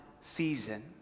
season